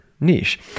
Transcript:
niche